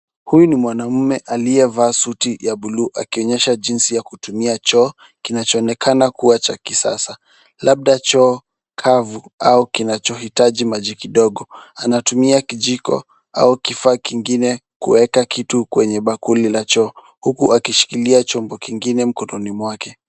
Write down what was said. Huyu ni mwanaume aliyevaa suti ya bluu akionyesha jinsi kutumia choo kinachoonekana kuwa cha kisasa, labda choo kavu au kinachoitaji maji kidogo. Anatumia kijiko au kifaa kingine kuweka kitu kwenye bakuli la choo, huku akishilia chombo kingine mkononi mwake.